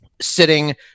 sitting